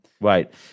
Right